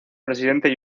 presidente